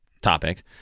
topic